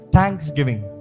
Thanksgiving